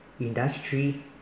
industry